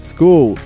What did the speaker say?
School